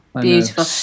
beautiful